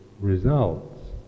results